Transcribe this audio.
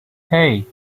hey